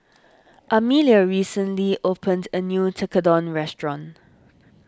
Amelia recently opened a new Tekkadon restaurant